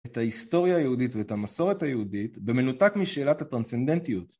את ההיסטוריה היהודית ואת המסורת היהודית במנותק משאלת הטרנסנדנטיות